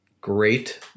Great